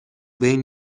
بین